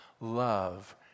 love